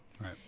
Right